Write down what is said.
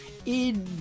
Id